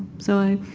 so,